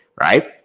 Right